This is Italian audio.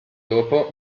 dopo